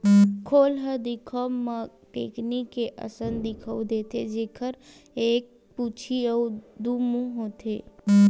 खोल ह दिखब म टेकनी के असन दिखउल देथे, जेखर एक पूछी अउ दू मुहूँ होथे